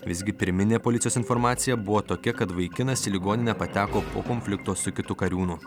visgi pirminė policijos informacija buvo tokia kad vaikinas į ligoninę pateko po konflikto su kitu kariūnu